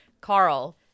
Carl